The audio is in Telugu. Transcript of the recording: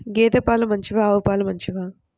గేద పాలు మంచివా ఆవు పాలు మంచివా?